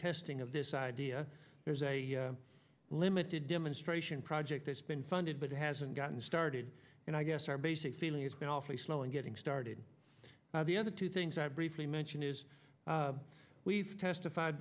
testing of this idea there's a limited demonstration project that's been funded but it hasn't gotten started and i guess our basic feeling it's been awfully slow in getting started the other two things i briefly mention is we've testified